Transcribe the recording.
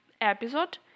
episode